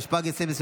התשפ"ג 2023,